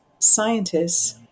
scientists